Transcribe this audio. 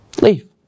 leave